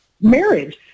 marriage